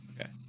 Okay